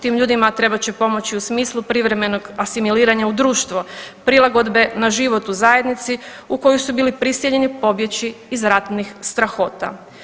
Tim ljudima trebat će pomoći u smislu privremenog asimiliranja u društvo, prilagodbe na život u zajednici u koju su bili prisiljeni pobjeći iz ratnih strahota.